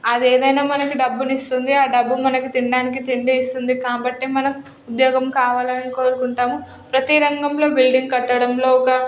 అదేదైనా మనకు డబ్బునిస్తుంది ఆ డబ్బు మనకు తినడానికి తిండి ఇస్తుంది కాబట్టి మనం ఉద్యోగం కావాలని కోరుకుంటాము ప్రతి రంగంలో బిల్డింగ్ కట్టడంలో ఒక